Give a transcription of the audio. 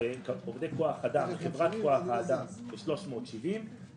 עובדי כוח אדם וחברת כוח אדם ב-370 שקל.